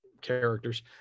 characters